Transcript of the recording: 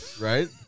Right